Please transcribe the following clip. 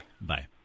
Bye